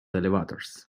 elevators